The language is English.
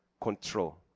control